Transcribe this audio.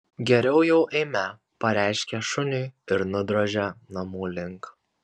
geriau jau eime pareiškė šuniui ir nudrožė namų link